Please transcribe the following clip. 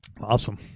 Awesome